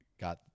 got